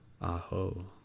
Aho